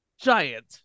Giant